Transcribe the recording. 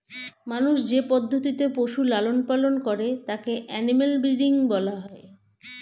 মানুষ যে পদ্ধতিতে পশুর লালন পালন করে তাকে অ্যানিমাল ব্রীডিং বলা হয়